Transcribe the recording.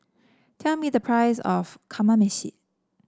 tell me the price of Kamameshi